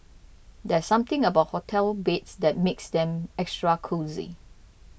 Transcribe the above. there's something about hotel beds that makes them extra cosy